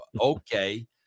Okay